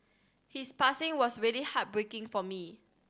his passing was really heartbreaking for me